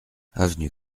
avenue